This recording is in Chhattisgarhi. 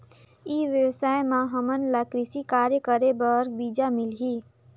ई व्यवसाय म हामन ला कृषि कार्य करे बर बीजा मिलही?